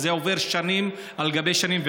עוברות שנים על גבי שנים,